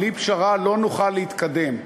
בלי פשרה לא נוכל להתקדם.